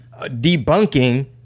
debunking